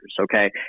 Okay